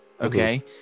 okay